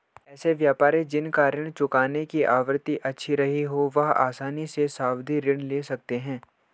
ऐसे व्यापारी जिन का ऋण चुकाने की आवृत्ति अच्छी रही हो वह आसानी से सावधि ऋण ले सकते हैं